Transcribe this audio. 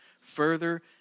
Further